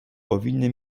powinny